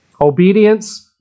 Obedience